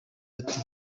ati